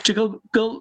čia gal gal